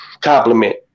compliment